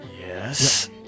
Yes